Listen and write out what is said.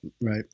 Right